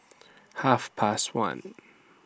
Half Past one